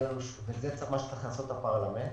זה מה שצריך לכסות הפרלמנט,